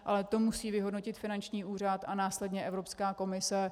Ale to musí vyhodnotit finanční úřad a následně Evropská komise.